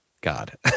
God